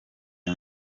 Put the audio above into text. uyu